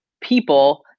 people